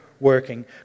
Working